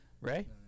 Ray